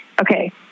okay